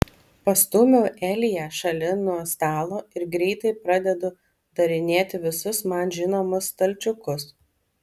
pastumiu eliją šalin nuo stalo ir greitai pradedu darinėti visus man žinomus stalčiukus